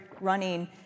running